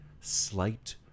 slight